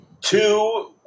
Two